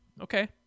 okay